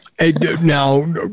Now